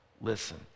listen